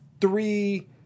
three